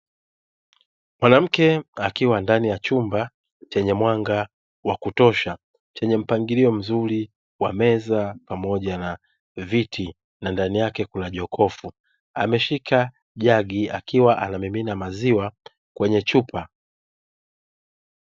Mwanamke akiwa ndani ya chumba chenye mwanga wa kutosha chenye mpangilio mzuri wa meza pamoja na viti na ndani yake kuna jokofu, ameshika jagi akiwa anamimina maziwa kwenye chupa.